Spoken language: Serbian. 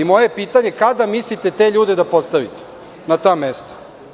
Moje je pitanje – kada mislite te ljude da postavite na ta mesta?